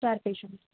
चार पेशन